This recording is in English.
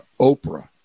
Oprah